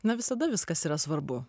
na visada viskas yra svarbu